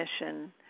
mission